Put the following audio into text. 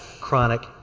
chronic